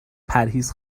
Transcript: پرهیز